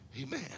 Amen